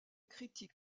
critique